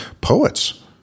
poets